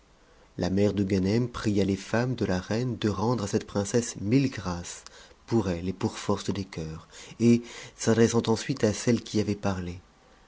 la mère de ganem pria les femmes de la reine de rendre a cette princesse mille grâces pour elle et pour force des cœurs et s'adressant ensuite à celle qui lui avait parlé